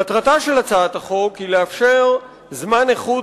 מטרתה של הצעת החוק היא לאפשר זמן איכות